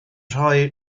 rhoi